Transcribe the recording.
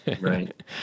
right